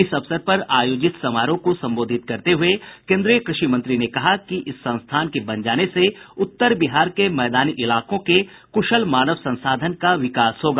इस अवसर पर आयोजित समारोह को संबोधित करते हुये कोन्द्रीय कृषि मंत्री ने कहा कि इस संस्थान के बन जाने से उत्तर बिहार के मैदानी इलाकों के कुशल मानव संसाधन का विकास होगा